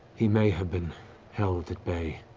he may have been held at bay,